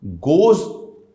goes